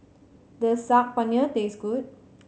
does Saag Paneer taste good